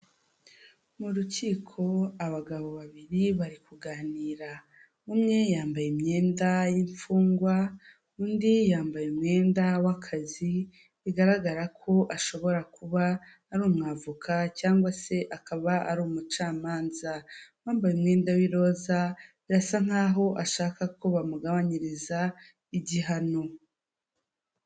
Mu rukiko abagabo babiri bari kuganira umwe yambaye imyenda y'imfungwa, undi yambaye umwenda w'akazi, bigaragara ko ashobora kuba ari umu avoka cyangwa se akaba ari umucamanza, uwambaye umwenda w'iroza birasa nkaho ashaka ko bamugabanyiriza igihano.